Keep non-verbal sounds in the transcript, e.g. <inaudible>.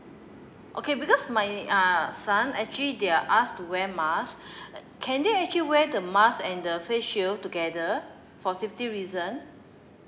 okay because my uh son actually they are ask to wear mask <breath> can they actually wear the mask and the face shield together for safety reason